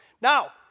Now